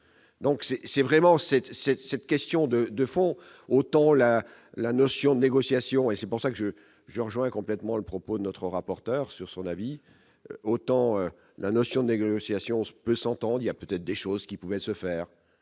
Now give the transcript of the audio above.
cette cette cette question de de fond autant la la notion de négociation et c'est pour ça que je je rejoins complètement le propos notre rapporteur sur son avis, autant la notion de négociation se peut s'entendent, il y a peut-être des choses qui pouvait se faire